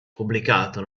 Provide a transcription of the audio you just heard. pubblicato